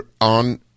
on